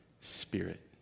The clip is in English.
spirit